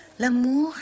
L'amour